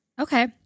Okay